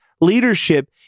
leadership